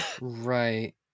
Right